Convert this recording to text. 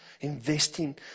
Investing